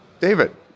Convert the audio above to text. David